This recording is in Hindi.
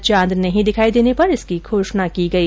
कल चांद नहीं दिखाई देने पर इसकी घोषणा की गई